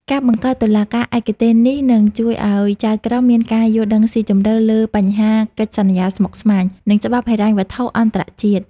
ការបង្កើតតុលាការឯកទេសនេះនឹងជួយឱ្យចៅក្រមមានការយល់ដឹងស៊ីជម្រៅលើបញ្ហាកិច្ចសន្យាស្មុគស្មាញ និងច្បាប់ហិរញ្ញវត្ថុអន្តរជាតិ។